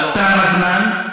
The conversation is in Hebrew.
תם הזמן.